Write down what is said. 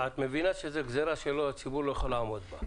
את מבינה שזו גזירה שהציבור לא יכול לעמוד בה.